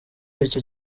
icyo